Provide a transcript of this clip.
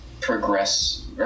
progress